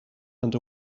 and